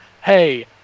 hey